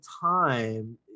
time